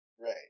Right